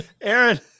Aaron